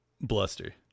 bluster